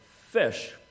fish